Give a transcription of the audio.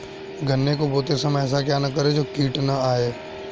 गन्ने को बोते समय ऐसा क्या करें जो कीट न आयें?